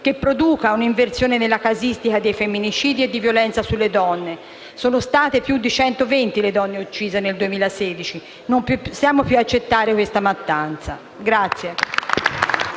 che produca un'inversione della casistica dei femminicidi e della violenza sulle donne. Sono state più di 120 le donne uccise nel 2016: non possiamo più accettare questa mattanza.